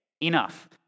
Enough